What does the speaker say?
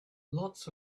lots